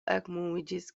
ekmoviĝis